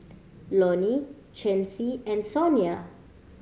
Lonny Chancey and Sonia